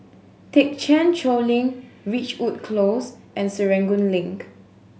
Thekchen Choling Ridgewood Close and Serangoon Link